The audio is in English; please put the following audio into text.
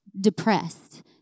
depressed